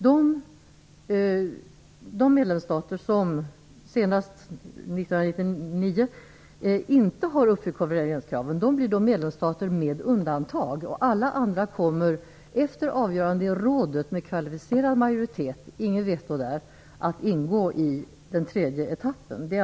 Där sägs att de medlemsstater som senast 1999 inte har uppfyllt konvergenskraven blir medlemsstater med undantag. Alla andra kommer, efter avgörande i rådet med kvalificerad majoritet, att ingå i den tredje etappen. Ingen vet när.